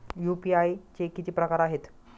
UPI चे किती प्रकार आहेत?